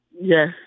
Yes